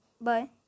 bye